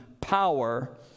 power